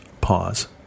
pause